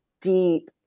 deep